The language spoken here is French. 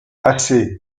assez